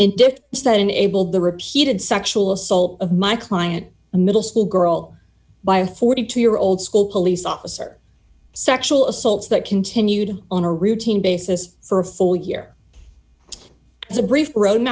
enabled the repeated sexual assault of my client a middle school girl by a forty two year old school police officer sexual assaults that continued on a routine basis for a full year as a brief bro